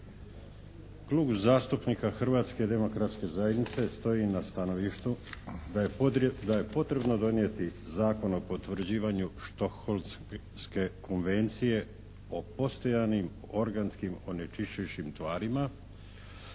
Klub zastupnika Hrvatske demokratske zajednice stoji na stanovištu da je potrebno donijeti Zakon o potvrđivanju Stockholmske konvencije o postojanim organskim onečišćujućim tvarima.